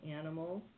animals